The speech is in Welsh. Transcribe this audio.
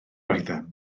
oeddem